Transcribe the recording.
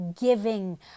giving